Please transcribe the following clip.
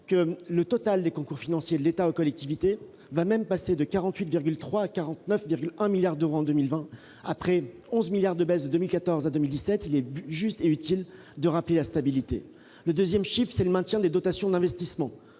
que le total des concours financiers de l'État aux collectivités passera de 48,3 à 49,1 milliards d'euros en 2020. Après 11 milliards d'euros de baisse de 2014 à 2017, il est juste et utile de rappeler cette stabilité. Le deuxième chiffre concerne le maintien des dotations d'investissement.